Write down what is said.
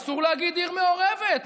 אסור להגיד עיר מעורבת,